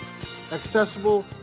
accessible